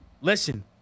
listen